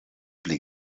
pli